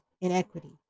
inequity